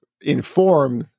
inform